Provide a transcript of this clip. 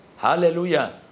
Hallelujah